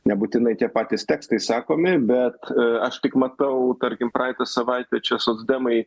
nebūtinai tie patys tekstai sakomi bet aš tik matau tarkim praeitą savaitę čia socdemai